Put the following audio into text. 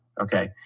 okay